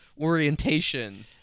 orientation